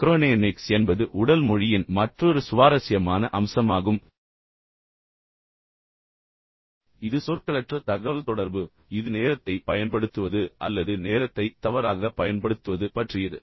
chronemics என்பது உடல் மொழியின் மற்றொரு சுவாரஸ்யமான அம்சமாகும் இது சொற்களற்ற தகவல்தொடர்பு இது நேரத்தைப் பயன்படுத்துவது அல்லது நேரத்தை தவறாகப் பயன்படுத்துவது பற்றியது